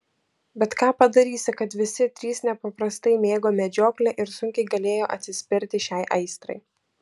bet ką padarysi kad visi trys nepaprastai mėgo medžioklę ir sunkiai galėjo atsispirti šiai aistrai